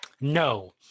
No